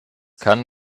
kann